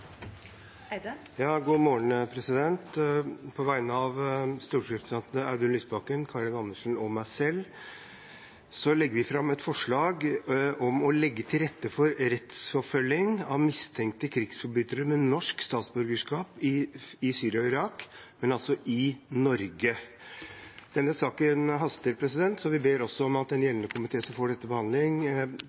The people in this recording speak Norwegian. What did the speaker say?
På vegne av stortingsrepresentantene Audun Lysbakken, Karin Andersen og meg selv legger jeg fram et forslag om å legge til rette for rettsforfølging av mistenkte krigsforbrytere med norsk statsborgerskap i Syria og Irak – men i Norge. Denne saken haster, så vi ber om at den gjeldende komité som får dette til behandling,